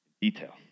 detail